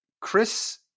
Chris